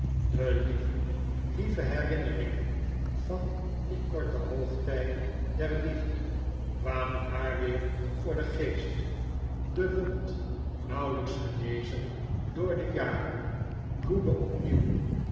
de lieve lieve herinneringen van dien korten hoogtij der liefde kwamen haar weer voor den geest de wond nauwelijks genezen door de jaren bloedde opnieuw